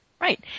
Right